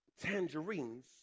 tangerines